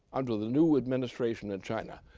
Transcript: under the new administration in china,